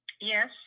Yes